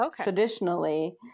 traditionally